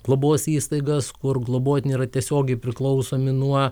globos įstaigas kur globotiniai yra tiesiogiai priklausomi nuo